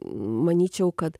manyčiau kad